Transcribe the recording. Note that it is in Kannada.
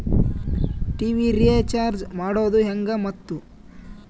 ಟಿ.ವಿ ರೇಚಾರ್ಜ್ ಮಾಡೋದು ಹೆಂಗ ಮತ್ತು?